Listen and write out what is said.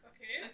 Okay